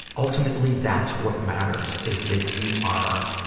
ultimately that's what matters, is that you are,